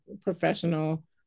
professional